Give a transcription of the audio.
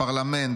פרלמנט,